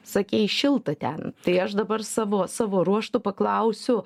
sakei šilta ten tai aš dabar savo savo ruožtu paklausiu